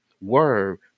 word